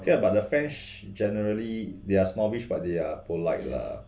okay lah but the french generally they are snobbish but they are polite ya